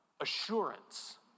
assurance